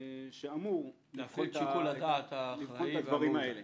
שאמור לבחון את הדברים האלה.